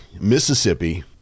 Mississippi